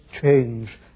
change